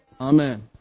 Amen